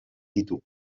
ditu